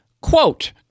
Quote